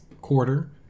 quarter